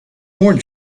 more